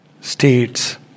states